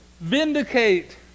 Vindicate